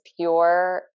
pure